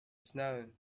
snow